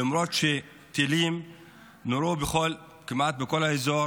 למרות שטילים נורו כמעט בכל האזור,